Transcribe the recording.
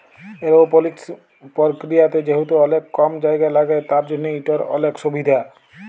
এরওপলিকস পরকিরিয়াতে যেহেতু অলেক কম জায়গা ল্যাগে তার জ্যনহ ইটর অলেক সুভিধা